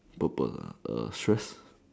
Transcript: purple lah err stress